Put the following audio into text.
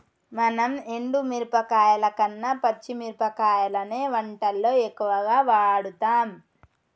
మనం ఎండు మిరపకాయల కన్న పచ్చి మిరపకాయలనే వంటల్లో ఎక్కువుగా వాడుతాం